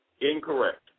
incorrect